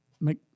make